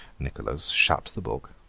nicholas shut the book,